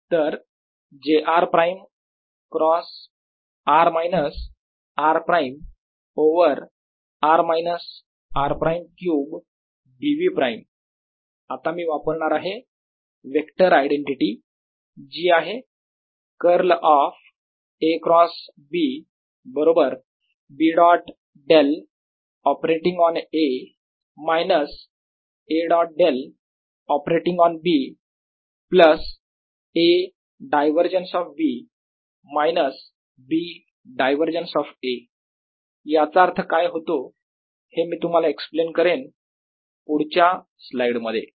तर j r prime cross r minus r prime over r minus r prime cube dv prime आता मी वापरणार आहे vector identity जी आहे curl of A cross B बरोबर B dot del operating on A minus A dot del operating on B plus A divergence of B minus B divergence of A याचा अर्थ काय होतो हे मी तुम्हाला एक्सप्लेन करेन पुढच्या स्लाईडमध्ये Br04πrjrr rr r3dV ABB